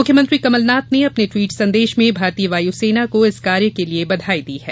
मुख्यमंत्री कमलनाथ ने अपने ट्वीट संदेश में भारतीय वायुसेना को इस कार्य के लिये बधाई दी है